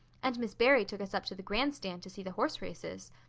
and miss barry took us up to the grandstand to see the horse races.